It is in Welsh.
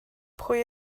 pwy